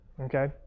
okay